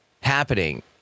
happening